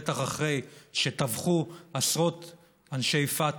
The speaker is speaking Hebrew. בטח אחרי שטבחו עשרות אנשי פתח